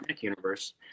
universe